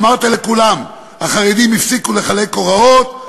אמרת לכולם: החרדים הפסיקו לחלק הוראות,